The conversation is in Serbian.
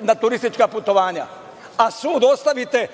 na turistička putovanja, a sud ostavite